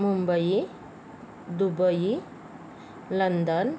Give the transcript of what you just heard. Mumbai Dubai London